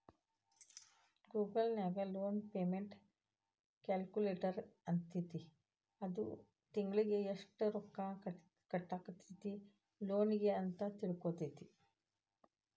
Google ನ್ಯಾಗ loan payment calculator ಅಂತೈತಿ ಅದು ತಿಂಗ್ಳಿಗೆ ಯೆಷ್ಟ್ ರೊಕ್ಕಾ ಕಟ್ಟಾಕ್ಕೇತಿ ಲೋನಿಗೆ ಅಂತ್ ತಿಳ್ಸ್ತೆತಿ